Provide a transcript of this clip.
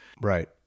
Right